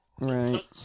Right